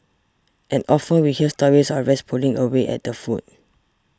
and often we hear stories of rats pulling away at the food